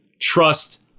trust